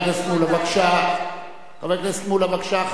אחרון הדוברים,